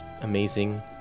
Amazing